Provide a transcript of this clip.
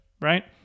right